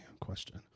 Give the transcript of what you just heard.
question